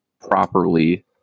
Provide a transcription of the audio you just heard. properly